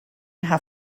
half